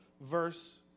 verse